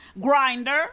grinder